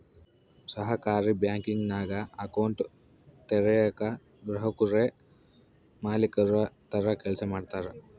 ಸಹಕಾರಿ ಬ್ಯಾಂಕಿಂಗ್ನಾಗ ಅಕೌಂಟ್ ತೆರಯೇಕ ಗ್ರಾಹಕುರೇ ಮಾಲೀಕುರ ತರ ಕೆಲ್ಸ ಮಾಡ್ತಾರ